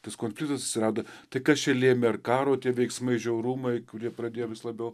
tas konfliktas atsirado tai kas čia lėmė ar karo tie veiksmai žiaurumai kurie pradėjo vis labiau